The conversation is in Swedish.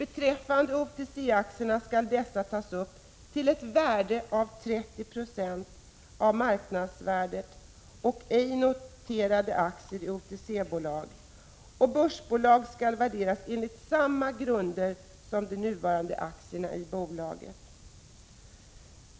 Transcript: OTC-aktierna skall tas upp till ett värde av 30 96 av marknadsvärdet. Ej noterade aktier i OTC-bolag och börsbolag skall värderas enligt samma grunder som de noterade aktierna i bolaget.